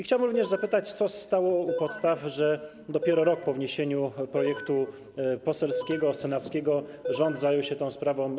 Chciałbym również zapytać, co stało u podstaw, że dopiero rok po wniesieniu projektu poselskiego, senackiego rząd zajął się tą sprawą?